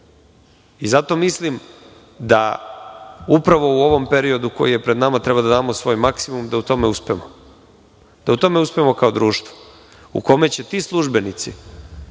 mislim da upravo u ovom periodu koji je pred nama treba da damo svoj maksimum da u tome uspemo, da uspemo kao društvo u kome će ti službenici